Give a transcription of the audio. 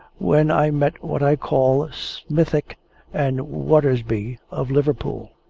when i met what i call smithick and watersby of liverpool.